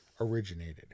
originated